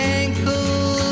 ankle